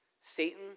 Satan